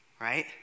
right